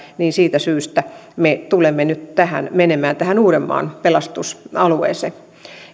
niin siitä syystä me tulemme nyt menemään tähän uudenmaan pelastusalueeseen